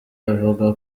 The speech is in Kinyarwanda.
avuga